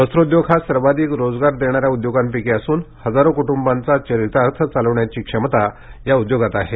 वस्त्रोद्योग हा सर्वाधिक रोजगार देणाऱ्या उद्योगापैकी असून हजारो कुटुबांचा चरितार्थ चालवण्याची क्षमता या उद्योगात आहे